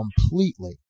Completely